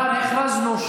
הבנו.